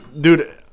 Dude